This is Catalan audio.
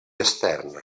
extern